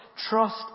Trust